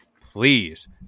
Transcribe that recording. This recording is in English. please